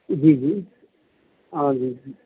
ਜੀ ਜੀ ਹਾਂਜੀ